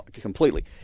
completely